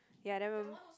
ya then